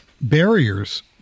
barriers